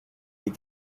les